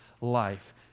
life